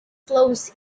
flows